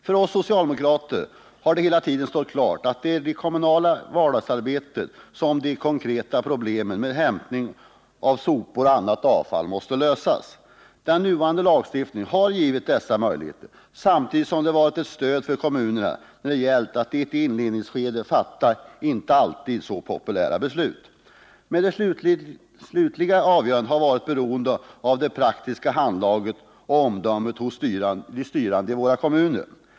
För oss socialdemokrater har det hela tiden stått klart att det är i det kommunala vardagsarbetet som de konkreta problemen med hämtning av sopor och annat avfall måste lösas. Den nuvarande lagstiftningen har givit dessa möjligheter, samtidigt som den har varit ett stöd för kommunerna när det har gällt att i ett inledningsskede fatta inte alltid så populära beslut. Men det slutliga avgörandet har varit beroende av det praktiska handlaget och omdömet hos de styrande i våra kommuner.